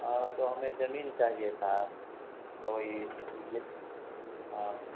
हाँ तो हमें ज़मीन चाहिए था तो वही मुझे हाँ